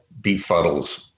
befuddles